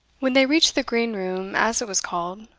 when they reached the green room, as it was called,